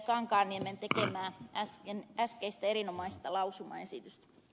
kankaanniemen tekemää äskeistä erinomaista lausumaesitystät